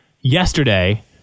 Yesterday